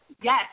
Yes